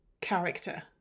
character